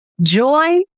Joy